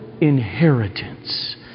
inheritance